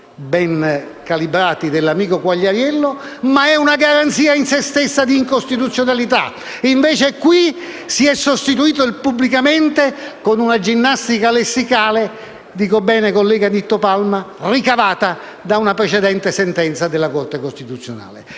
ben calibrati dell'amico Quagliariello, ma è una garanzia in sé di incostituzionalità. Invece qui si è sostituito il «pubblicamente» con una ginnastica lessicale - dico bene, collega Palma? - ricavata da una precedente sentenza della Corte costituzionale.